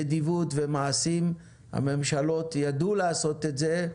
נדיבות ומעשים; הממשלות ידעו לעשות את זה,